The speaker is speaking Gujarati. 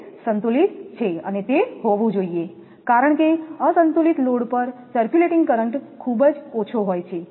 તે સંતુલિત છે અને તે હોવું જોઈએ કારણ કે અસંતુલિત લોડ પર સર્ક્યુલેટિંગ કરંટ ખૂબ જ ઓછો હોય છે